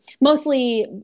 mostly